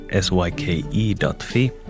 syke.fi